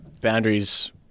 boundaries